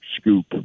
scoop